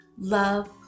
love